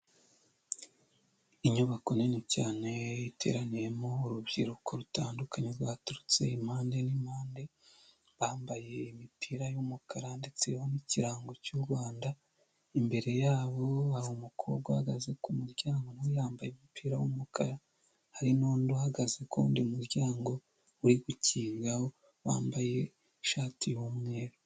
Inyubako nini cyane iteraniyemo urubyiruko rutandukanye rwaturutse impande n'impande bambaye imipiraumukara ndetse n'ikirango cy'u rwanda, imbere yabo hari umukobwa uhagaze ku muryango nawe yambaye umupira w'umukara, hari n'undi uhagaze kuwundi muryango uri gukinga wambaye ishati y'umweru.